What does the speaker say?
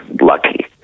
lucky